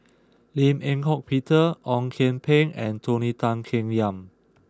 Lim Eng Hock Peter Ong Kian Peng and Tony Tan Keng Yam